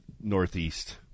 Northeast